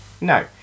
No